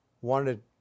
wanted